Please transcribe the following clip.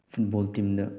football ꯇꯤꯝꯗ